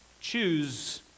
choose